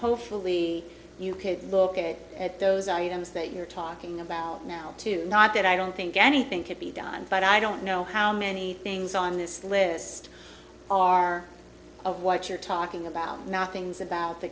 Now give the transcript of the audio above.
hopefully you could look at those items that you're talking about now to not that i don't think anything could be done but i don't know how many things on this list are of what you're talking about now things about the